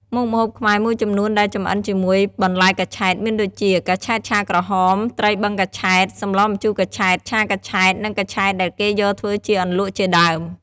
មុខម្ហូបខ្មែរមួយចំនួនដែលចម្អិនជាមួយបន្លែកញ្ឆែតមានដូចជា កញ្ឆែតឆាក្រហម ត្រីបឹងកញ្ឆែត សម្លម្ជូរកញ្ឆែត ឆាកញ្ឆែត និងកញ្ឆែតដែលគេយកធ្វើជាអន្លក់ជាដើម។